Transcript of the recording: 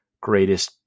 greatest